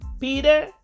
Peter